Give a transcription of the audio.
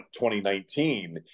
2019